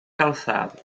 calçada